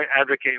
advocate